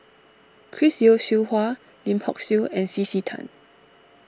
Chris Yeo Siew Hua Lim Hock Siew and C C Tan